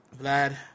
Vlad